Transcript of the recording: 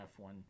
f1